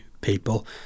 people